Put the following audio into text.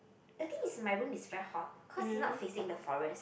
I think is my room is very hot cause it's not facing the forest